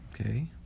Okay